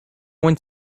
one